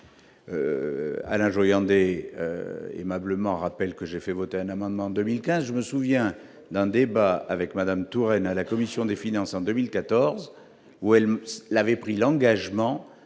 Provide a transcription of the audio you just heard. Alain Joyandet aimablement rappelle que j'ai fait voter un amendement 2015, je me souviens d'un débat avec Madame Touraine à la commission des finances en 2014, ou elle l'avait pris l'engagement